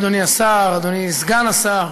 אדוני השר, אדוני סגן השר,